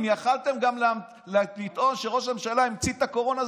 אם יכולתם גם לטעון שראש הממשלה המציא את הקורונה,